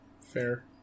Fair